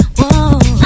Whoa